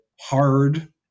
hard